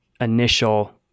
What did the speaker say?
initial